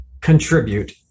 contribute